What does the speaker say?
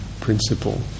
principle